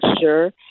sure